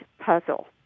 puzzle